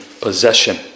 possession